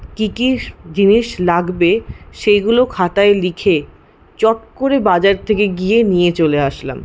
কি কি জিনিস লাগবে সেগুলো খাতায় লিখে চট করে বাজার থেকে গিয়ে নিয়ে চলে আসলাম